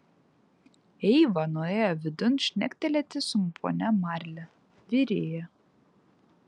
eiva nuėjo vidun šnektelėti su ponia marli virėja